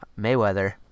Mayweather